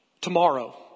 Tomorrow